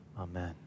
Amen